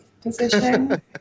position